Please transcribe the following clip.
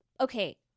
Okay